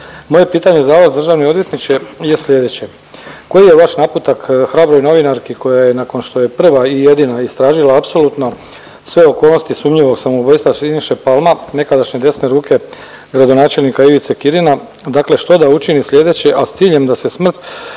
Moje pitanje za vas državni odvjetniče je sljedeće: Koji je vaš naputak hrabroj novinarki koja je nakon što je prva i jedina istražila apsolutno sve okolnosti sumnjivog samoubojstva Siniše Palma, nekadašnje desne ruke gradonačelnika Ivice Kirina, dakle što da učini sljedeće, a s ciljem da se smrt